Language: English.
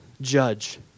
judge